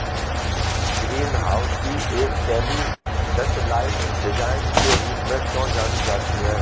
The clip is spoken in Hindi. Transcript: ग्रीन हाउस की एक शैली डचलाइट डिजाइन के रूप में क्यों जानी जाती है?